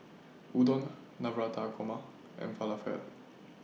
Udon Navratan Korma and Falafel